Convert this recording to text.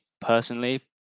personally